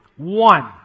One